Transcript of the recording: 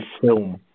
film